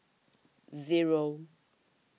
zero